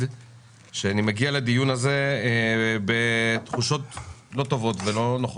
שאני מגיע לדיון הזה בתחושות לא נוחות.